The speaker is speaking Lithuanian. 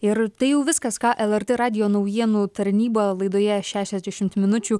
ir tai jau viskas ką lrt radijo naujienų tarnyba laidoje šešiasdešimt minučių